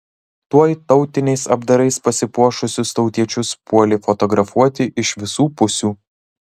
tuoj tautiniais apdarais pasipuošusius tautiečius puolė fotografuoti iš visų pusių